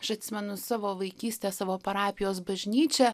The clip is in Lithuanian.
aš atsimenu savo vaikystę savo parapijos bažnyčią